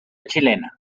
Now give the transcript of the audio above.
chilena